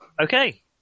Okay